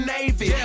Navy